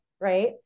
Right